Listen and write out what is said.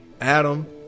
Adam